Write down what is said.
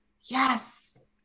Yes